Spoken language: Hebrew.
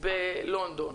חדש בלונדון.